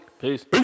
Peace